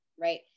right